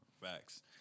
Facts